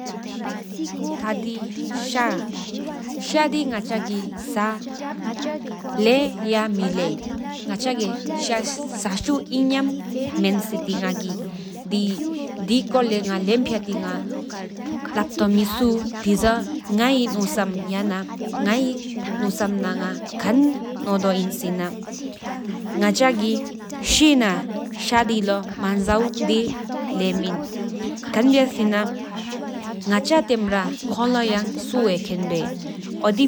ཤྱ་དེ་ང་ཅ་གི་ས་ལེགས་སྐོར་ལས་ལབ་ཏི་དེ་སྐོར་ལས་ལག་དུ་ནང་ང་གི་སྣོ་སམ་ཁན་ནོ་དིན་སེར་ན་ང་ཅ་གི་ཤེ་ན་ཤྱ་དི་མན་ཇོ་དི་ལེམ་ནིན་པ། ཁན་བྱ་སེན་ན་ང་ཅ་སྟེམ་ར་སེམས་ཆེད་ལོ་ཡ་སུ་བཀྲེག་ཁེན་བེཡ། ཨོ་དི་ཕྱ་ཏི་ཇམ་གླིང་ན་ཧེ་སྐེག་ན་མེ་ཁུལ་ཆེད་གི་ཧ་ཀོ་ན་ཤྱ་དི་ལོ་ཀཀ་ཐབ་ཕྱ་ཅུ་དུ་ལེན་ང་གི་ཤྱ་དེ་ལོ་ས་ཆུ་ད་མ་འཆོས་བྱས་ལབ་མཆོས་ཁན་བྱ་སེན་ན་དི་མི་རིག་མཐམ་ཆེད་རང་སུ་སི་ནོ་སམ་གྱིན་པ།